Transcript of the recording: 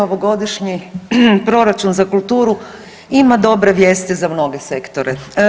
Ovogodišnji proračun za kulturu ima dobre vijesti za mnoge sektore.